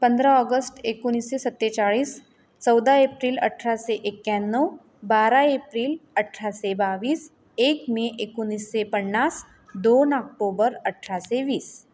पंधरा ऑगस्ट एकोणीसशे सत्तेचाळीस चौदा एप्रिल अठराशे एक्याण्णव बारा एप्रिल अठराशे बावीस एक मे एकोणीसशे पन्नास दोन आक्टोबर अठराशे वीस